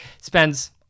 spends